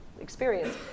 experience